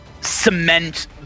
cement